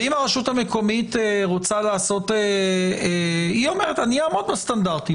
ואם הרשות המקומית רוצה לעשות היא אומרת: אני אעמוד בסטנדרטים.